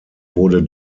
wurde